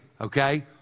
Okay